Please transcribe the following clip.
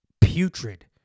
putrid